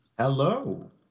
Hello